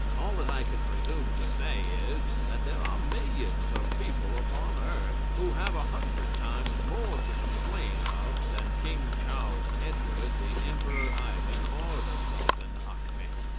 all that i can presume to say is, that there are millions of people upon earth who have a hundred times more to complain of than king charles edward, the emperor ivan, or the sultan achmet.